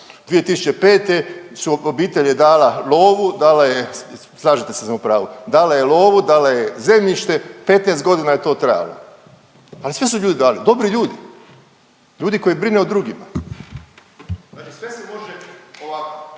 2005. obitelj je dala lovu, dala je, slažete se da sam u pravu, dala je lovu, dala je zemljište, 15.g. je to trajalo, ali sve su ljudi dali, dobri ljudi, ljudi koji brinu o drugima, dakle sve se može ovako.